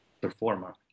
performer